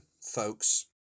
folks